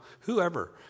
whoever